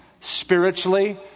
Spiritually